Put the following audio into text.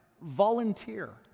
volunteer